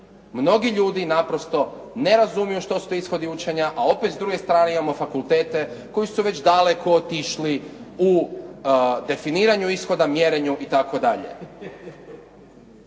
Mnogi ljudi naprosto ne razumiju što su to ishodi učenja, a opet s druge strane imamo fakultete koji su već daleko otišli u definiranju ishoda, mjerenju i